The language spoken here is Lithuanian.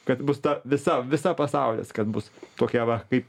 kad bus ta visa visa pasaulis kad bus tokia va kaip